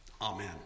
Amen